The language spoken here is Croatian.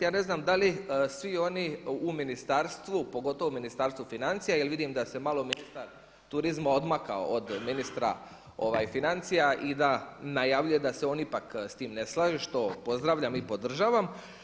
Ja ne znam da li svi oni u ministarstvu, pogotovo Ministarstvu financija jer vidim da se malo ministar turizma odmakao od ministra financija i da najavljuje da se on ipak s tim ne slaže što pozdravljam i podržavam.